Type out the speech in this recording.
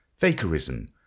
fakerism